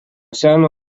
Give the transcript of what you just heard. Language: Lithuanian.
seno